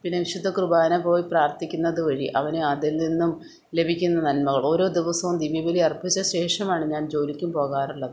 പിന്നെ വിശുദ്ധ കുർബാന പോയി പ്രാർത്ഥിക്കുന്നത് വഴി അവന് അതിൽ നിന്നും ലഭിക്കുന്ന നന്മകൾ ഓരോ ദിവസവും ദിവ്യബലി അർപ്പിച്ച ശേഷമാണ് ഞാൻ ജോലിക്കും പോകാറുള്ളത്